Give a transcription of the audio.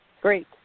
great